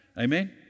Amen